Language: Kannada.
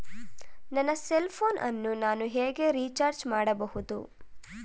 ನನ್ನ ಸೆಲ್ ಫೋನ್ ಅನ್ನು ನಾನು ಹೇಗೆ ರಿಚಾರ್ಜ್ ಮಾಡಬಹುದು?